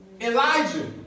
Elijah